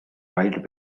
wild